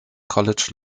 college